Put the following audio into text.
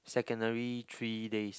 secondary three days